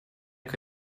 que